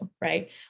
right